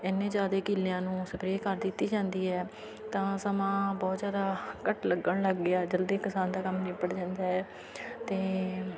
ਐਨੇ ਜ਼ਿਆਦਾ ਕਿੱਲਿਆਂ ਨੂੰ ਸਪਰੇ ਕਰ ਦਿੱਤੀ ਜਾਂਦੀ ਹੈ ਤਾਂ ਸਮਾਂ ਬਹੁਤ ਜ਼ਿਆਦਾ ਘੱਟ ਲੱਗਣ ਲੱਗ ਗਿਆ ਜਲਦੀ ਕਿਸਾਨ ਦਾ ਕੰਮ ਨਿੱਬੜ ਜਾਂਦਾ ਹੈ ਅਤੇ